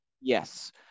Yes